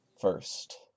first